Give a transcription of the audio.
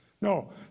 No